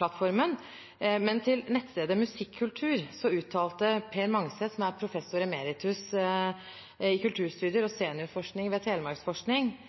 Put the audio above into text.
plattformen, men til nettstedet musikkultur.no uttalte Per Mangset, som er professor emeritus i kulturstudier og seniorforsker ved